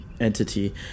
entity